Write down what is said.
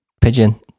Pigeon